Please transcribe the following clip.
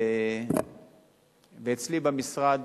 אצלי במשרד